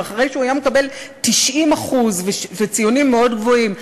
אחרי שהוא היה מקבל 90% וציונים מאוד גבוהים.